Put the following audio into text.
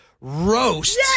roast